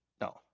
No